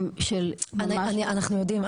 אנחנו יודעים.